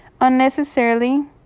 unnecessarily